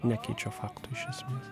nekeičia fakto iš esmės